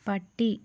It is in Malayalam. പട്ടി